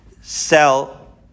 sell